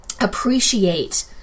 appreciate